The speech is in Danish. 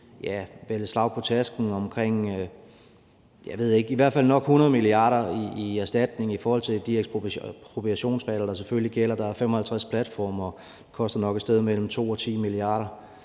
de vel, et slag på tasken, i hvert fald nok 100 mia. kr. i erstatning i forhold til de ekspropriationsregler, der selvfølgelig gælder. Der er 55 platforme, og de koster nok et sted mellem 2 og 10 mia. kr.